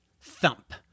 Thump